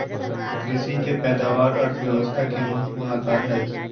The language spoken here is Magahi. कृषि के पैदावार अर्थव्यवस्था के महत्वपूर्ण आधार हई